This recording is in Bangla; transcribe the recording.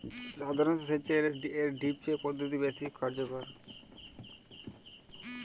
সাধারণ সেচ এর চেয়ে ড্রিপ সেচ পদ্ধতি বেশি কার্যকর